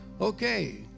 okay